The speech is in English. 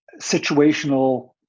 situational